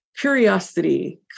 curiosity